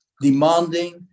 demanding